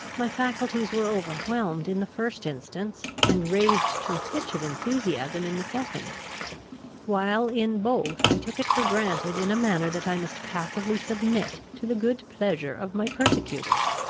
my faculties were overwhelmed in the first instance, and raised to a pitch of enthusiasm in the second while in both i took it for granted in a manner, that i must passively submit to the good pleasure of my persecutors.